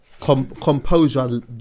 Composure